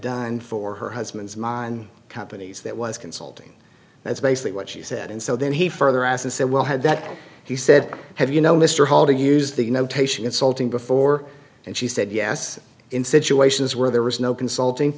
done for her husband's mind companies that was consulting that's basically what she said and so then he further as and said well had that he said have you know mr hall to use the notation insulting before and she said yes in situations where there was no consulting